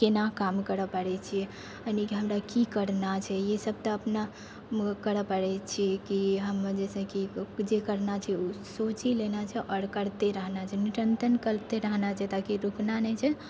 केना काम करऽ पड़ै छियै यानि कि हमरा की करना छै ई सबटा अपना करऽ पड़ै छी कि हम जैसेकि जे करना छै उ रूचि लेना छै आओर करते रहना छै निरन्तर करते रहना छै ताकि रुकना नहि छै